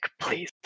please